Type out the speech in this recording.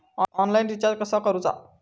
Online recharge कसा करूचा?